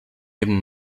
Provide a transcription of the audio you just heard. eben